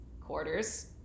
quarters